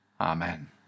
Amen